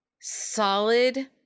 solid